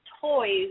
toys